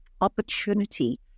opportunity